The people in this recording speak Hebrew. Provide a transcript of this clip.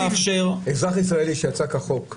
אזרח ישראלי שיצא כחוק מישראל,